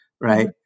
right